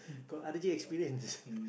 I got r_j experience